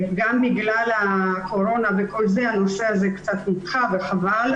גם בגלל הקורונה, הנושא הזה קצת נדחה, וחבל.